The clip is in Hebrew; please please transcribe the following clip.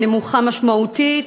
נמוכה משמעותית,